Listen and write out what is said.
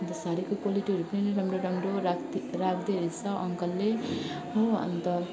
अन्त साडीको क्वालिटीहरू पनि राम्रो राम्रो राख्दै राख्दै रहेछ अङ्कलले होअन्त